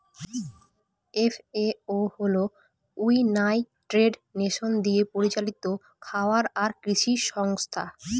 FAO হল United Nation দিয়ে পরিচালিত খাবার আর কৃষি সংস্থা